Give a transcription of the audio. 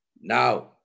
Now